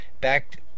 back